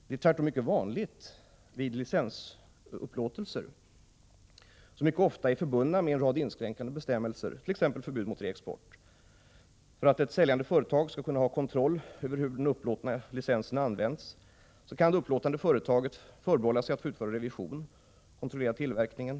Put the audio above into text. Det är tvärtom mycket vanligt vid licensupplåtelser, som ofta är förbundna med en rad inskränkande bestämmelser, t.ex. förbud mot reexport. För att ett säljande företag skall kunna ha kontroll över hur den upplåtna licensen används kan det upplåtande företaget förbehålla sig att t.ex. utföra revision eller att kontrollera tillverkningen.